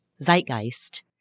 zeitgeist